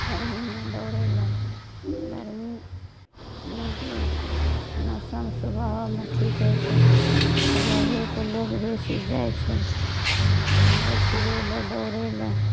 गरमीमे दौड़ए लऽ गरमीके मौसम सुबहमे ठीक होइत छै सुबहेके लोग बेसी जाइत छै घूमए फिरए लऽ दौड़ए लऽ